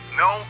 no